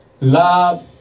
Love